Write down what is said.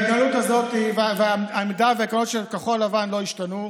חברי הכנסת: ההתנהלות הזאת והעמדה והעקרונות של כחול לבן לא ישתנו.